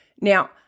Now